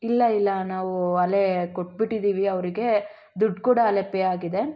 ಇಲ್ಲ ಇಲ್ಲ ನಾವು ಆಲೆ ಕೊಟ್ಬಿಟ್ಟಿದ್ದೀವಿ ಅವ್ರಿಗೆ ದುಡ್ಡು ಕೂಡ ಆಗ್ಲೆ ಪೇ ಆಗಿದೆ